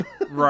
Right